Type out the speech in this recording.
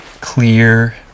clear